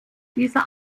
dieser